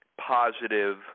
positive